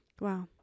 Wow